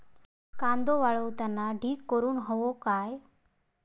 कांदो वाळवताना ढीग करून हवो काय?